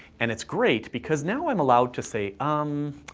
and it's great because now i'm allowed to say um, ah,